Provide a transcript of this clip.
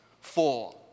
Four